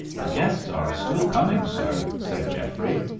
the guests are still coming, sir, said geoffrey.